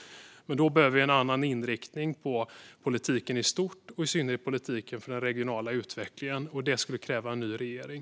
För detta behövs en annan inriktning på politiken i stort och i synnerhet på politiken för den regionala utvecklingen. Det skulle kräva en ny regering.